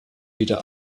wieder